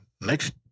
Next